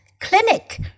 Clinic